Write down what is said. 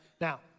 Now